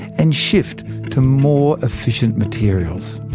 and shift to more efficient materials.